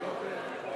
בבקשה, גברתי.